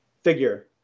figure